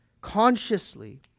consciously